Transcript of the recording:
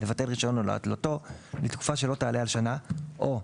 לבטל רישיון או להתלותו לתקופה שלא תעלה על שנה או,